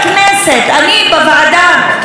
אני בוועדה קיימתי,